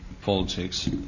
politics